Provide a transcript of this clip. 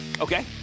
Okay